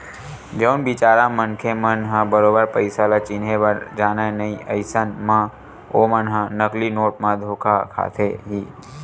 जउन बिचारा मनखे मन ह बरोबर पइसा ल चिनहे बर जानय नइ अइसन म ओमन ह नकली नोट म धोखा खाथे ही